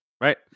right